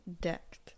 decked